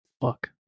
Fuck